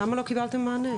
למה לא קיבלתם מענה?